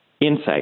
insight